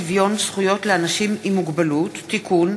הצעת חוק שוויון זכויות לאנשים עם מוגבלות (תיקון,